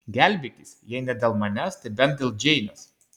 gelbėkis jei ne dėl manęs tai bent dėl džeinės